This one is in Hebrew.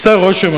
עושה רושם,